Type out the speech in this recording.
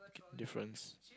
difference